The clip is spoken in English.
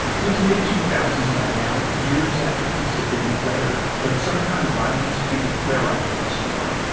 it was the mid two thousand s by now, years after peace had been declared but summertime violence began to flare up once more.